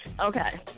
Okay